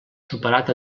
superat